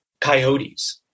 coyotes